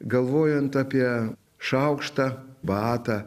galvojant apie šaukštą batą